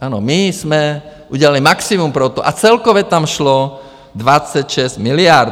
Ano, my jsme udělali maximum pro to, a celkově tam šlo 26 miliard.